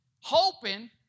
hoping